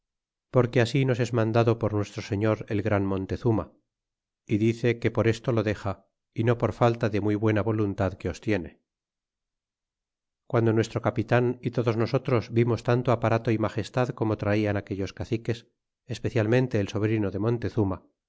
que así nos es mandado por nuestro señor el gran montezuma y dice que por esto lo dexa y no por falta de muy buena voluntad que os tiene y guando nuestro capitan y todos nosotros vimos tanto aparato y magestad como traian aquellos caciques especialmente el sobrino de montezuma